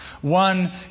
One